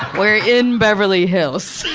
we're in beverly hills.